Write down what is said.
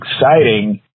exciting